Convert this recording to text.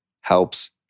helps